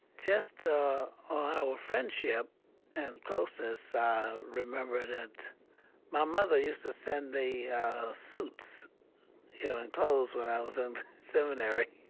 just on our friendship and closeness i remember that my mother used to send me suits, you know, and clothes when i was in seminary.